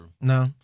No